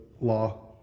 law